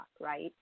right